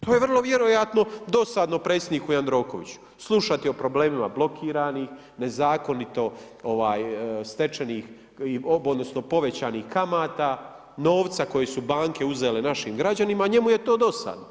To je vrlo vjerojatno dosadno predsjedniku Jandrokovići, slušati o problemima blokiranih, nezakonito stečenih, odnosno povećanih kamata, novca koji su banke uzele našim građanima, njemu je to dosadno.